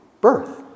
birth